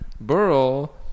burl